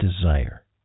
desire